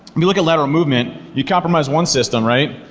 you look at lateral movement, you compromise one system, right?